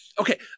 okay